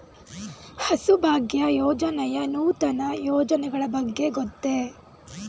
ಹಸುಭಾಗ್ಯ ಯೋಜನೆಯ ನೂತನ ಯೋಜನೆಗಳ ಬಗ್ಗೆ ಗೊತ್ತೇ?